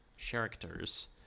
characters